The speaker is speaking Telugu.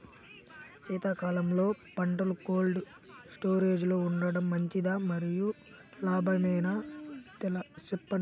శీతాకాలంలో పంటలు కోల్డ్ స్టోరేజ్ లో ఉంచడం మంచిదా? మరియు లాభదాయకమేనా, సెప్పండి